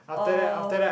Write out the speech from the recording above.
oh